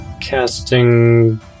casting